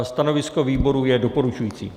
Stanovisko výboru je doporučující.